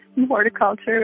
Horticulture